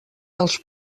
dels